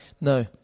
No